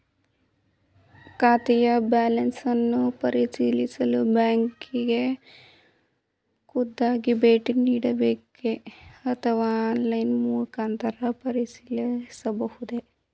ಖಾತೆಯ ಬ್ಯಾಲೆನ್ಸ್ ಅನ್ನು ಪರಿಶೀಲಿಸಲು ಬ್ಯಾಂಕಿಗೆ ಖುದ್ದಾಗಿ ಭೇಟಿ ನೀಡಬೇಕೆ ಅಥವಾ ಆನ್ಲೈನ್ ಮುಖಾಂತರ ಪರಿಶೀಲಿಸಬಹುದೇ?